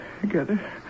together